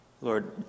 Lord